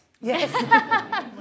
yes